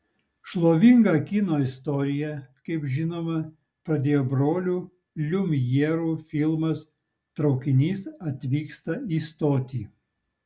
šlovingą kino istoriją kaip žinoma pradėjo brolių liumjerų filmas traukinys atvyksta į stotį